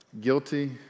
Guilty